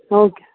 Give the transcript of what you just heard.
okay